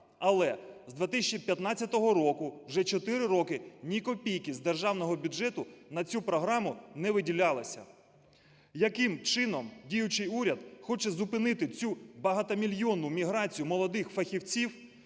Але з 2015 року вже чотири роки ні копійки з державного бюджету на цю програму не виділялося. Яким чином діючий уряд хоче зупинити цю багатомільйонну міграцію молодих фахівців,